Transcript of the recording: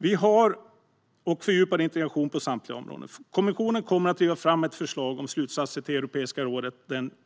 Det blir en fördjupad integration på samtliga områden. Kommissionen kommer att driva fram ett förslag till slutsatser i Europeiska rådet